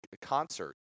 concert